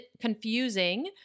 confusing